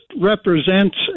represents